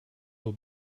will